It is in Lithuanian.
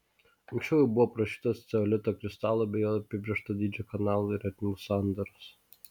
anksčiau jau buvo aprašytos ceolito kristalo bei jo apibrėžto dydžio kanalų ir ertmių sandaros